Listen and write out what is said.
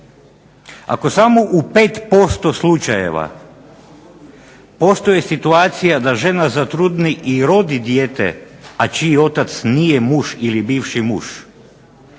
Ako samo u 5% slučajeva postoje situacije da žena zatrudni i rodi dijete, a čiji otac nije muž ili bivši muž,